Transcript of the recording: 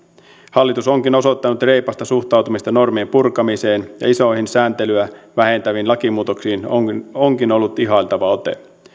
hallitus onkin osoittanut reipasta suhtautumista normien purkamiseen ja isoihin sääntelyä vähentäviin lakimuutoksiin onkin onkin ollut ihailtava ote